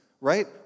right